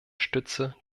stütze